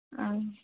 ओं